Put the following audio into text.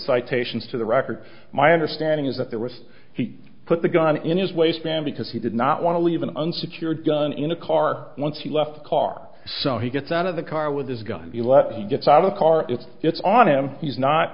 citations to the record my understanding is that there was he put the gun in his waistband because he did not want to leave an unsecured gun in a car once he left car so he gets out of the car with his gun he gets out of the car if it's on him he's not